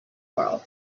world